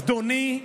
זדוני,